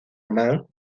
man